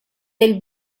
del